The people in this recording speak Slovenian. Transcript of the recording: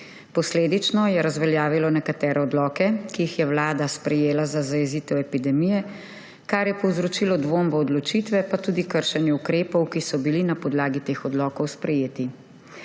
Posledično je razveljavilo nekatere odloke, ki jih je Vlada sprejela za zajezitev epidemije, kar je povzročilo dvom v odločitve, pa tudi kršenje ukrepov, ki so bili na podlagi teh odlokov sprejeti.